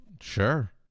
Sure